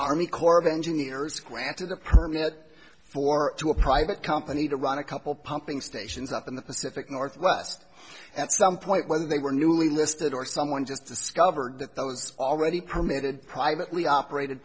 army corps of engineers granted the permit four to a private company to run a couple pumping stations up in the pacific northwest at some point whether they were newly listed or someone just discovered that those already permitted privately operated